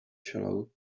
shallow